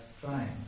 trying